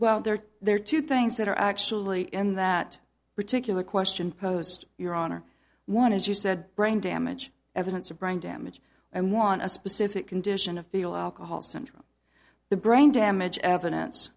well there there are two things that are actually in that particular question posed your honor one is you said brain damage evidence of brain damage and one a specific condition of fetal alcohol syndrome the brain damage evidence